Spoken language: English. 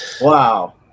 Wow